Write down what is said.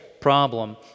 problem